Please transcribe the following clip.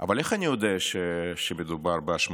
אבל איך אני יודע שמדובר בהשמצות?